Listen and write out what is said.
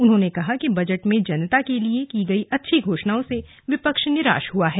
उन्होंने कहा कि बजट में जनता के लिए की गई अच्छी घोषणाओं से विपक्ष निराश हुआ है